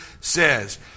says